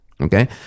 okay